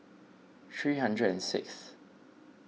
three hundred and sixth